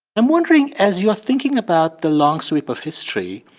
i'm wondering as you're thinking about the long sweep of history,